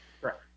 Correct